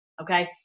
Okay